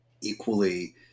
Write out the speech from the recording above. equally